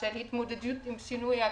של התמודדות עם שינוי האקלים,